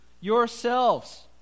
yourselves